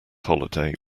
holiday